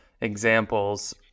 examples